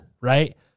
right